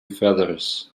feathers